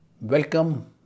Welcome